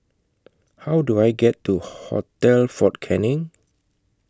How Do I get to Hotel Fort Canning